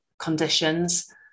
conditions